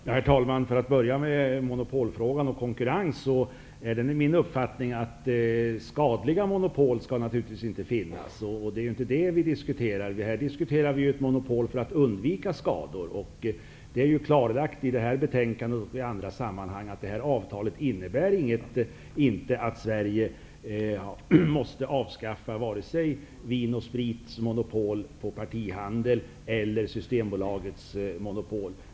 Herr talman! För att börja med monopol och konkurrensfrågan är det min uppfattning att skadliga monopol naturligtvis inte skall finnas. Men det är inte det som vi diskuterar nu. Vi har i dag monopol för att undvika skador. Det är klarlagt i betänkandet och i andra sammanhang att avtalet inte innebär att Sverige måste avskaffa vare sig Vin & Sprits spritmonopol på partihandeln eller Systembolagets monopol.